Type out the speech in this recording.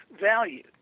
value